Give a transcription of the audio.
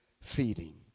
feeding